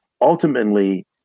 ultimately